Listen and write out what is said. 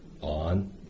on